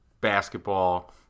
basketball